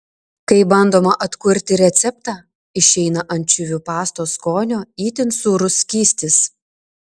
kai bandoma atkurti receptą išeina ančiuvių pastos skonio itin sūrus skystis